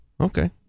okay